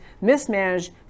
mismanaged